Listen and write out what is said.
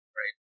right